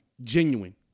genuine